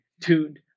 tuned